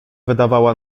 wydawała